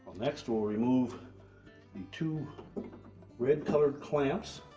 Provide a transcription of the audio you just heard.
next we'll remove two red colored clamps.